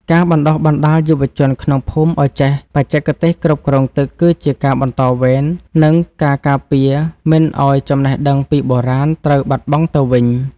ការបណ្តុះបណ្តាលយុវជនក្នុងភូមិឱ្យចេះបច្ចេកទេសគ្រប់គ្រងទឹកគឺជាការបន្តវេន និងការការពារមិនឱ្យចំណេះដឹងពីបុរាណត្រូវបាត់បង់ទៅវិញ។